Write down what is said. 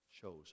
shows